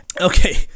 Okay